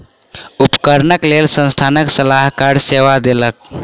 उपकरणक लेल संस्थान सलाहकार सेवा देलक